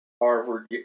Harvard